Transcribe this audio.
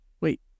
wait